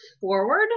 forward